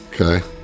Okay